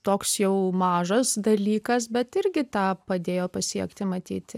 toks jau mažas dalykas bet irgi tą padėjo pasiekti matyt